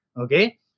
Okay